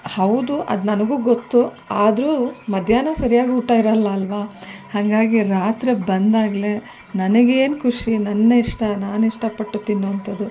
ಹೌದು ಅದು ನನಗೂ ಗೊತ್ತು ಆದ್ರೂ ಮಧ್ಯಾಹ್ನ ಸರಿಯಾಗಿ ಊಟ ಇರೋಲ್ಲ ಅಲ್ವ ಹಾಗಾಗಿ ರಾತ್ರಿ ಬಂದಾಗಲೇ ನನಗೇನು ಖುಷಿ ನನ್ನಿಷ್ಟ ನಾನು ಇಷ್ಟಪಟ್ಟು ತಿನ್ನುವಂಥದ್ದು